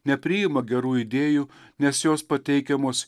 nepriima gerų idėjų nes jos pateikiamos